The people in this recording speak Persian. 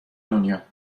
دنیا